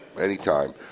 Anytime